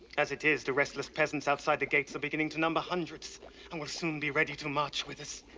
as it is, the restless peasants outside the gates are beginning to number hundreds and will soon be ready to march with us.